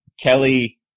Kelly